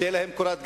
שתהיה להם קורת-גג.